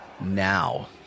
now